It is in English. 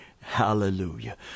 hallelujah